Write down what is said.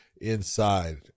inside